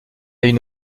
une